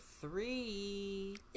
three